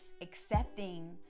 accepting